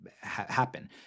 happen